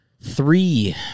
three